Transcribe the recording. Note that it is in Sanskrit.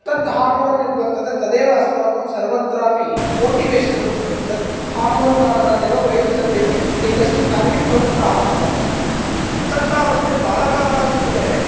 तद् हार्मोन् यत् वर्तते तदेव अस्माकं सर्वत्रापि मोटिवेशनल् भवति तत् हार्मोन् कारणादेव वयं सर्वेऽपि एकस्मिन् कार्ये प्रवृत्ताः भवामः तत् तावत् बालकानां कृते